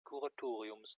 kuratoriums